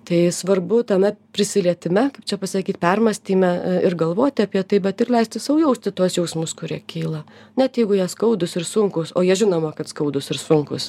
tai svarbu tame prisilietime kaip čia pasakyt permąstyme ir galvoti apie tai bet ir leisti sau jausti tuos jausmus kurie kyla net jeigu jie skaudūs ir sunkūs o jie žinoma kad skaudūs ir sunkūs